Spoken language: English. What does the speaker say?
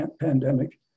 pandemic